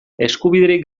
eskubiderik